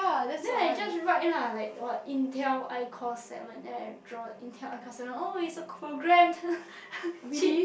then I just write lah like what Intel I core seven then I draw the Intel I core seven oh it's a program cheap